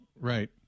Right